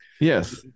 Yes